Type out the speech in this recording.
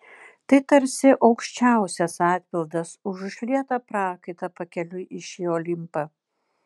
tai tarsi aukščiausias atpildas už išlietą prakaitą pakeliui į šį olimpą